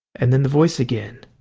and then the voice again